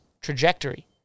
trajectory